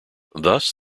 thus